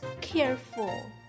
careful